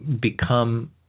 become